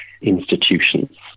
institutions